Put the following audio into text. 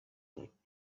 that